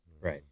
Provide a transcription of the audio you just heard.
Right